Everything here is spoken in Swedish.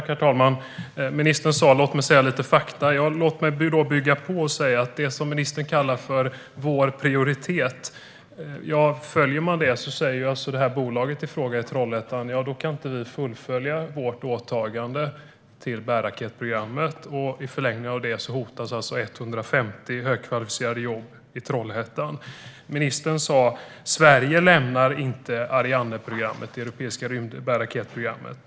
Herr talman! Ministern ville berätta fakta. Låt mig då bygga på genom att säga något om det som ministern kallar "vår prioritet" och vad som händer om man följer detta. Bolaget i fråga, i Trollhättan, säger att åtagandet vad gäller bärraketsprogrammet då inte kan fullföljas. I förlängningen av detta hotas 150 högkvalificerade jobb i Trollhättan. Ministern sa att Sverige inte lämnar Arianeprogrammet, det europeiska bärraketsprogrammet.